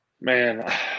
Man